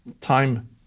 time